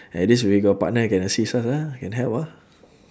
at least we got partner I can assist ah can help ah